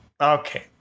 Okay